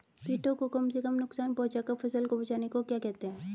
कीटों को कम से कम नुकसान पहुंचा कर फसल को बचाने को क्या कहते हैं?